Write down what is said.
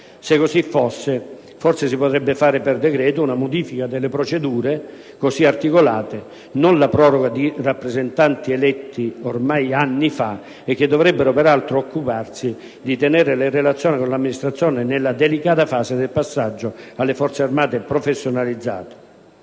Se così fosse, forse si potrebbe varare per decreto una modifica delle procedure così articolate, non la proroga di rappresentanti eletti ormai anni fa e che dovrebbero peraltro occuparsi di tenere le relazioni con l'amministrazione nella delicata fase del passaggio alle Forze armate professionalizzate.